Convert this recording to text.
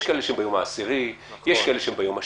יש כאלה שביום העשירי, יש כאלה שביום השביעי,